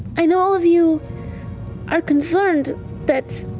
i know all of you are concerned that